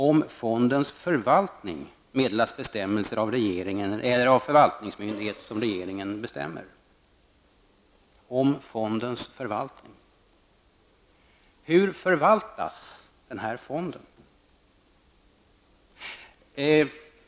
Om fondens förvaltning meddelas bestämmelser av regeringen eller förvaltningsmyndighet som regeringen bestämmer. Det talas här om ''fondens förvaltning''. Men hur förvaltas då den här fonden?